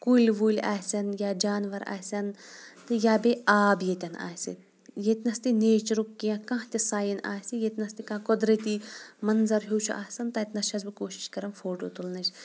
کُلۍ وُلۍ آسن یا جانوَر آسن تہٕ یا بیٚیہِ آب ییٚتٮ۪ن آسہِ ییٚتِنَس تہِ نیچرُک کینٛہہ کانٛہہ تہِ سایِن آسہِ ییٚتِنَس تہِ کانٛہہ قۄدرٔتی منظر ہیوٗ چھُ آسان تَتِنَس چھٮ۪س بہٕ کوٗشِش کَران فوٹوٗ تُلنٕچ